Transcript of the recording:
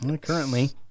Currently